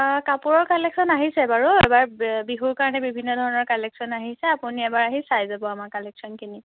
কাপোৰৰ কালেকশ্যন আহিছে বাৰু এইবাৰ বিহুৰ কাৰণে বিভিন্ন ধৰণৰ কালেকশ্যন আহিছে আপুনি এবাৰ আহি চাই যাব আমাৰ কালেকশ্যনখিনি